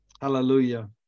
Hallelujah